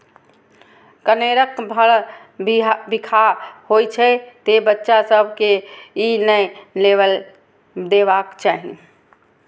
कनेरक फर बिखाह होइ छै, तें बच्चा सभ कें ई नै लेबय देबाक चाही